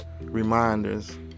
reminders